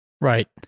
Right